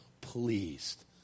pleased